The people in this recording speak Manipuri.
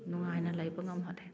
ꯅꯨꯡꯉꯥꯏꯅ ꯂꯩꯕ ꯉꯝꯍꯜꯂꯤ